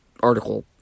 article